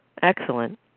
Excellent